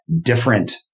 different